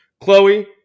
Chloe